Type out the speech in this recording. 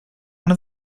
one